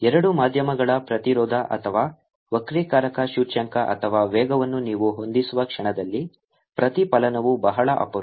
ಎರಡು ಮಾಧ್ಯಮಗಳ ಪ್ರತಿರೋಧ ಅಥವಾ ವಕ್ರೀಕಾರಕ ಸೂಚ್ಯಂಕ ಅಥವಾ ವೇಗವನ್ನು ನೀವು ಹೊಂದಿಸುವ ಕ್ಷಣದಲ್ಲಿ ಪ್ರತಿಫಲನವು ಬಹಳ ಅಪರೂಪ